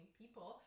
people